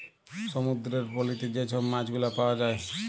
সমুদ্দুরের পলিতে যে ছব মাছগুলা পাউয়া যায়